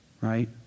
right